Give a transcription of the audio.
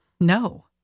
no